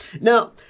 Now